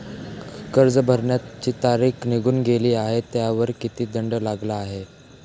कर्ज भरण्याची तारीख निघून गेली आहे त्यावर किती दंड लागला आहे?